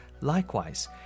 Likewise